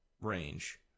range